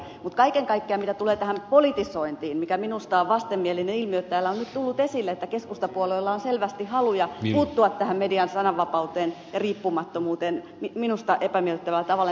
mutta kaiken kaikkiaan mitä tulee tähän politisointiin mikä minusta on vastenmielinen ilmiö että täällä on nyt tullut esille että keskustapuolueella on selvästi haluja puuttua median sananvapauteen ja riippumattomuuteen minusta epämiellyttävällä tavalla